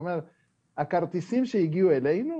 ורק רציתי לומר לך שאנחנו מאוד מזמינים אותך לכאן,